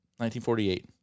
1948